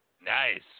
Nice